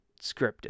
scripted